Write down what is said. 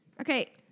Okay